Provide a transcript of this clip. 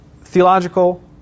theological